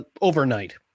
overnight